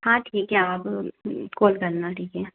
हाँ ठीक है आप कोल करना ठीक है